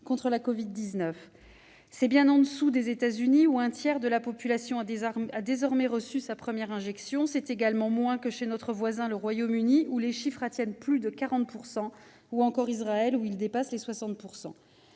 au 22 mars 2021. C'est bien en deçà des États-Unis, où un tiers de la population a désormais reçu une première injection. C'est également moins que chez notre voisin le Royaume-Uni, où ce ratio atteint plus de 40 %, ou qu'en Israël, où il dépasse les 60 %.